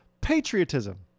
patriotism